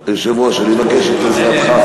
היושב-ראש, אני מבקש את עזרתך.